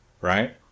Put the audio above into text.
right